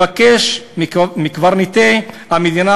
שמתבקש מקברניטי המדינה,